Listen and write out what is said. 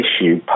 issue